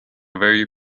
very